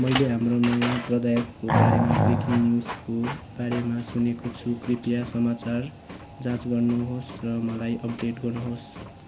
मैले हाम्रो नयाँ प्रदायकको बारेमा ब्रेकिङ न्युजको बारेमा सुनेको छु कृपया समाचार जाँच गर्नुहोस् र मलाई अपडेट गर्नुहोस्